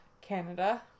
canada